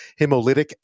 hemolytic